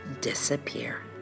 disappear